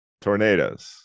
Tornadoes